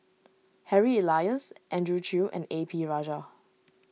Harry Elias Andrew Chew and A P Rajah